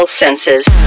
senses